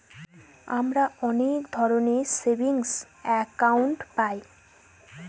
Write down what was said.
আমরা অনেক ধরনের সেভিংস একাউন্ট পায়